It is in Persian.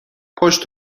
پشت